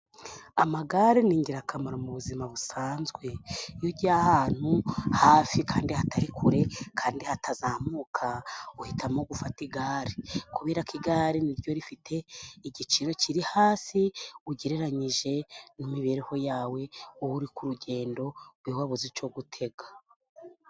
Amagare ni ingirakamaro mu buzima busanzwe. Iyo ujya ahantu hafi kandi hatari kure, kandi hatazamuka, uhitamo gufata igare. Kubera ko igare ni ryo rifite igiciro kiri hasi ugereranyije n'imibereho yawe, uba uri ku rugendo, iyo wabuza icyo gutega.